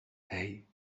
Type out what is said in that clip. hey